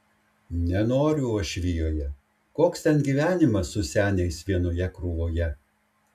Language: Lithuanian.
nenoriu uošvijoje koks ten gyvenimas su seniais vienoje krūvoje